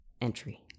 entry